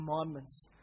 commandments